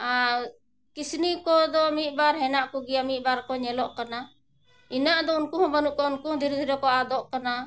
ᱟᱨ ᱠᱤᱥᱱᱤ ᱠᱚᱫᱚ ᱢᱤᱫ ᱵᱟᱨ ᱦᱮᱱᱟᱜ ᱠᱚᱜᱮᱭᱟ ᱢᱤᱫ ᱵᱟᱨ ᱠᱚ ᱧᱮᱞᱚᱜ ᱠᱟᱱᱟ ᱤᱱᱟᱹᱜ ᱫᱚ ᱩᱱᱠᱩ ᱦᱚᱸ ᱵᱟᱹᱱᱩᱜ ᱠᱚᱣᱟ ᱩᱱᱠᱩ ᱦᱚᱸ ᱫᱷᱤᱨᱮ ᱫᱷᱤᱨᱮ ᱠᱚ ᱟᱫᱚᱜ ᱠᱟᱱᱟ